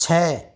छः